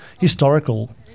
historical